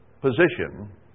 position